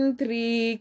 three